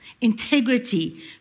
integrity